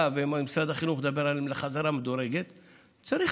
ומשרד החינוך מדברים על חזרה מדורגת שלהם.